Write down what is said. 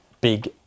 big